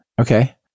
Okay